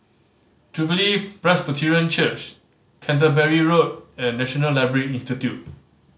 Jubilee Presbyterian Church Canterbury Road and National Library Institute